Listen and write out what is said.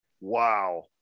Wow